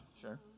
Sure